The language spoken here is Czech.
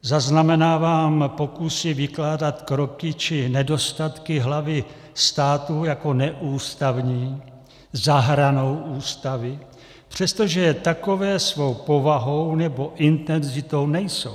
Zaznamenávám pokusy vykládat kroky či nedostatky hlavy státu jako neústavní, za hranou Ústavy, přestože takové svou povahou nebo intenzitou nejsou.